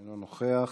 אינו נוכח.